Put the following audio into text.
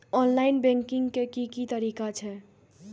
Online banking के की तरीका छै?